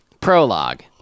Prologue